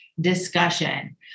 discussion